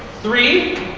three,